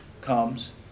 comes